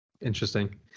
Interesting